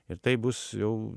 ir tai bus jau